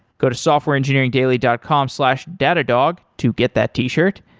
go to softwareengineeringdaily dot com slash datadog to get that t-shirt.